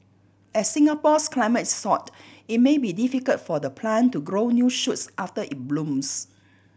as Singapore's climate is sort it may be difficult for the plant to grow new shoots after it blooms